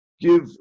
give